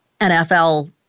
NFL